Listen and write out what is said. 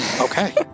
okay